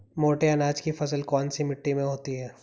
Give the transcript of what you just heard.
मोटे अनाज की फसल कौन सी मिट्टी में होती है?